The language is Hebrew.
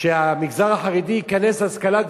שהמגזר החרדי ייכנס להשכלה גבוהה,